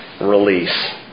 release